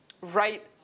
right